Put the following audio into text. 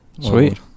Sweet